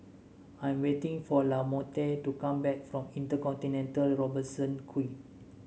I am waiting for Lamonte to come back from Inter Continental Robertson Quay